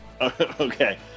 Okay